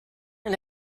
and